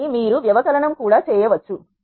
కాబట్టి మీరు వ్యవకలనం కూడా చేయవచ్చు